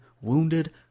wounded